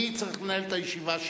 אני צריך לנהל את הישיבה שלי.